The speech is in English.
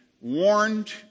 warned